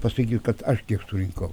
pasakyt kad aš tiek surinkau